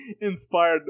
inspired